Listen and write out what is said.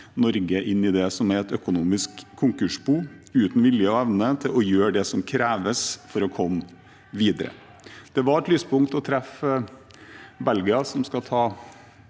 Norge inn i et økonomisk konkursbo uten vilje og evne til å gjøre det som kreves for å komme videre. Det var et lyspunkt å treffe Belgia, som skal ha